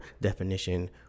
definition